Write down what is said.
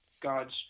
God's